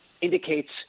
indicates